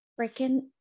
freaking